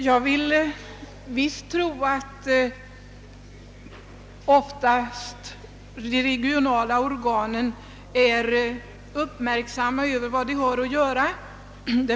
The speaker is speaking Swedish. Jag vill tro att de regionala organen är uppmärksamma på vad de har att göra.